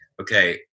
okay